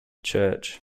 church